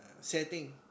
setting